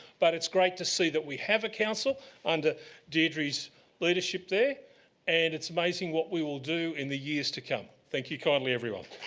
but it's great to see that we have a council under deirdre's leadership, and it's amazing what we will do in the years to come. thank you kindly, everyone.